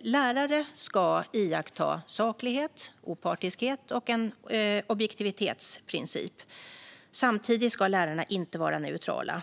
Lärare ska iaktta saklighet, opartiskhet och en objektivitetsprincip. Samtidigt ska lärarna inte vara neutrala.